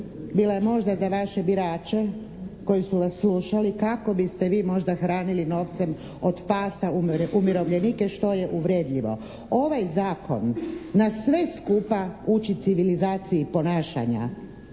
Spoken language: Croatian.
bila je možda za vaše birače koji su vas slušali kako biste vi možda hranili novcem od pasa umirovljenike, što je uvredljivo. Ovaj zakon nas sve skupa ući civilizaciji ponašanja,